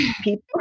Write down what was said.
people